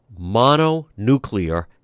mononuclear